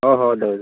ଅ ହୋ ରହିଲି